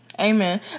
Amen